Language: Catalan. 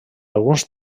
alguns